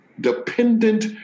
dependent